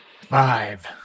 Five